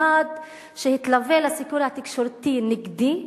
ממד שהתלווה לסיפור התקשורתי נגדי החל,